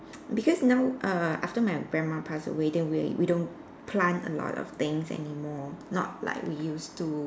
because now err after my grandma pass away then we we don't plant a lot of things anymore not like we used to